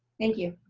thank you.